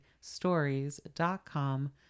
stories.com